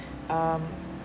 um